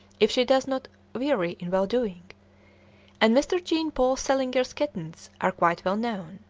if she does not weary in well-doing and mr. jean paul selinger's kittens are quite well known.